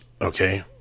Okay